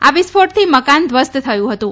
આ વિસ્ફોટથી મકાન ધ્વંસ થયું હતું